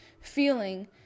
feeling